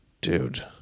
Dude